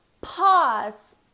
Pause